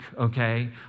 okay